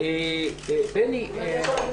התעשייה,